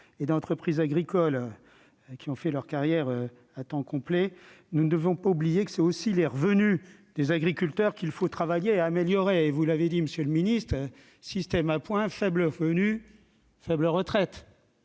et d'entreprise agricole qui ont fait leur carrière à temps complet, nous ne devons pas oublier que ce sont aussi les revenus des agriculteurs qu'il faut travailler à améliorer. Vous l'avez dit, monsieur le secrétaire d'État, dans un système à points, de faibles revenus débouchent